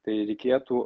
tai reikėtų